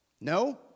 No